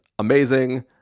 amazing